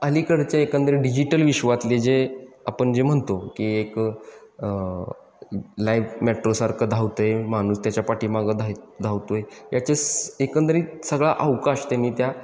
अलीकडच्या एकंदरी डिजिटल विश्वातले जे आपण जे म्हणतो की एक लाईफ मेट्रोसारखं धावतं आहे माणूस त्याच्या पाठीमागं धाय धावतो आहे याचे एकंदरीत सगळा अवकाश त्यांनी त्या